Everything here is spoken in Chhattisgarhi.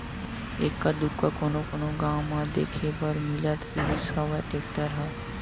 एक्का दूक्का कोनो कोनो गाँव म देखे बर मिलत रिहिस हवय टेक्टर ह